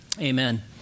amen